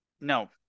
no